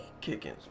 kicking